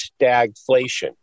stagflation